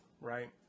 right